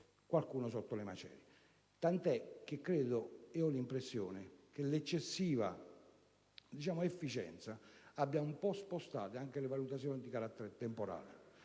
qualcuno sotto le macerie), tanto che credo che l'eccessiva efficienza abbia un po' spostato anche le valutazioni di carattere temporale.